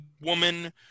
woman